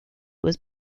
was